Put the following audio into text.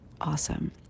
awesome